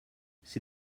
c’est